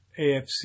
AFC